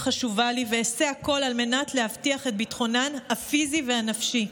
על מנת להבטיח את ביטחונן הפיזי והנפשי.